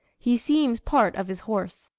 he seems part of his horse.